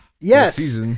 Yes